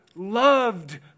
loved